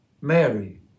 Mary